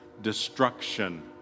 destruction